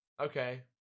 okay